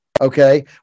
Okay